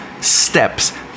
steps